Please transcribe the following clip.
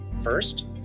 First